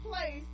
place